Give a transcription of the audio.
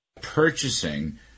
purchasing